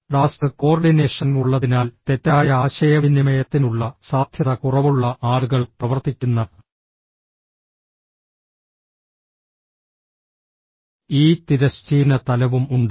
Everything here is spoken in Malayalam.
ടാസ്ക് കോർഡിനേഷൻ ഉള്ളതിനാൽ തെറ്റായ ആശയവിനിമയത്തിനുള്ള സാധ്യത കുറവുള്ള ആളുകൾ പ്രവർത്തിക്കുന്ന ഈ തിരശ്ചീന തലവും ഉണ്ട്